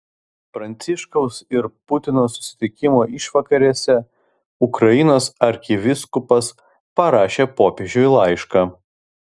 pranciškaus ir putino susitikimo išvakarėse ukrainos arkivyskupas parašė popiežiui laišką